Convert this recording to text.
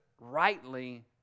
rightly